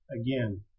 again